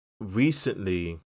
recently